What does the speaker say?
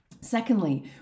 Secondly